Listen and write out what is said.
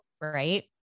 Right